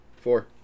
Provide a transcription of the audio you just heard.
Four